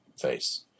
face